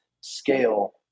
scale